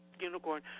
Unicorn